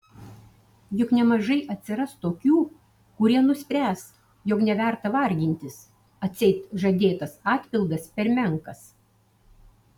juk nemažai atsiras tokių kurie nuspręs jog neverta vargintis atseit žadėtas atpildas per menkas